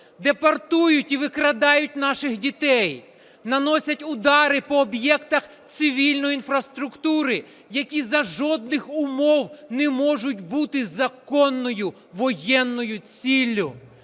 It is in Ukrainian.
депортують і викрадають наших дітей, наносять удари по об'єктах цивільної інфраструктури, які за жодних умов не можуть бути законною воєнною ціллю.